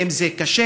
ואם זה קשה,